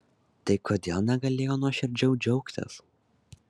tai kodėl negalėjau nuoširdžiau džiaugtis